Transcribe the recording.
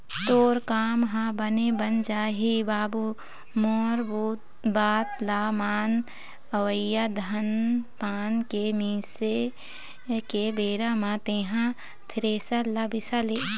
तोर काम ह बने बन जाही बाबू मोर बात ल मान अवइया धान पान के मिंजे के बेरा म तेंहा थेरेसर ल बिसा ले